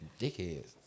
dickheads